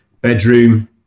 Bedroom